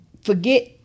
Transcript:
forget